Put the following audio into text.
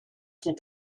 sont